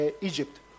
Egypt